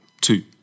two